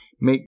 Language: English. make